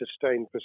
sustained